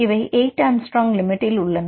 இவை 8 A limit உள்ளன